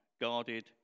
guarded